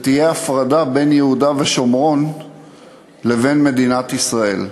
תהיה הפרדה בין יהודה ושומרון לבין מדינת ישראל.